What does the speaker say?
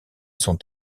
sont